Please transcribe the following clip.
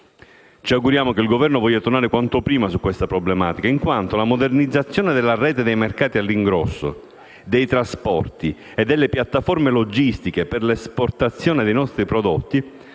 Ci auguriamo che il Governo voglia tornare quanto prima su questa problematica, in quanto la modernizzazione della rete dei mercati all'ingrosso, dei trasporti e delle piattaforme logistiche per l'esportazione dei nostri prodotti